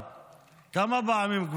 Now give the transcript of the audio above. כמה פעמים, מירב?